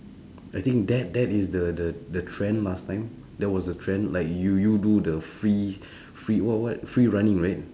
I think that that is the the the trend last time there was a trend like you you do the free free what what free running right